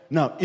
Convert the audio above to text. Now